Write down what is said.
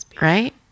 Right